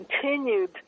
continued